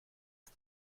ist